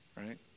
right